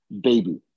baby